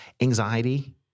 anxiety